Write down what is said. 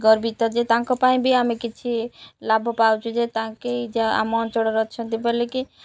ଗର୍ବିତ ଯେ ତାଙ୍କ ପାଇଁ ବି ଆମେ କିଛି ଲାଭ ପାଉଛୁ ଯେ ତାଙ୍କେ ଆମ ଅଞ୍ଚଳରେ ଅଛନ୍ତି ବୋଲିକି